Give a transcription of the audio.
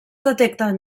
detecten